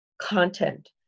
content